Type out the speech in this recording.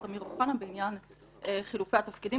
אמיר אוחנה בעניין חילופי התפקידים,